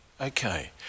okay